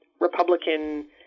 Republican